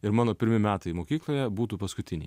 ir mano pirmi metai mokykloje būtų paskutiniai